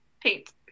paint